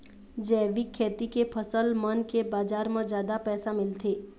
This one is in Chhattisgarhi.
जैविक खेती के फसल मन के बाजार म जादा पैसा मिलथे